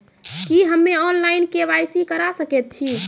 की हम्मे online, KYC करा सकैत छी?